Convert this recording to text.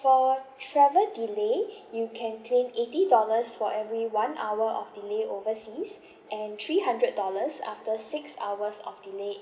for travel delay you can claim eighty dollars for every one hour of delay overseas and three hundred dollars after six hours of delay in